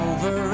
Over